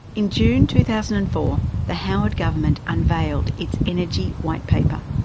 in june two thousand and four the howard government unveiled its energy white paper,